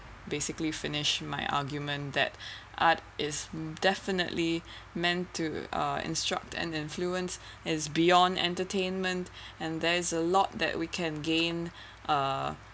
basically finished my argument that art is definitely meant to uh instruct an influence is beyond entertainment and there's a lot that we can gain uh